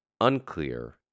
Unclear